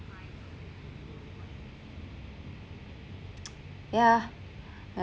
yeah